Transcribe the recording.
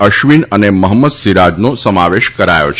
અશ્વિન અને મહંમદ સીરાજનો સમાવેશ કરાયો છે